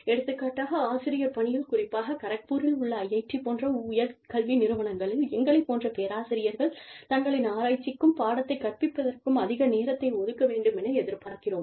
எடுத்துக்காட்டாக ஆசிரியர் பணியில் குறிப்பாக கரக்பூரில் உள்ள IIT போன்ற உயர்கல்வி நிறுவனங்களில் எங்களை போன்ற பேராசிரியர்கள் தங்களின் ஆராய்ச்சிக்கும் பாடத்தை கற்பிப்பதற்கும் அதிக நேரத்தை ஒதுக்க வேண்டுமென எதிர்பார்க்கிறோம்